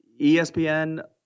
ESPN